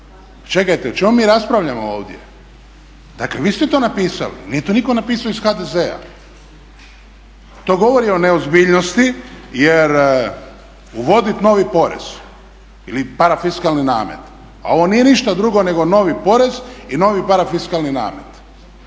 Čekajte o čemu mi raspravljamo ovdje? Dakle vi ste to napisali, nije to nitko napisao iz HDZ-a. To govorio o neozbiljnosti, jer uvodit novi porez ili parafiskalni namet, a ovo nije ništa drugo nego novi porez i novi parafiskalni namet.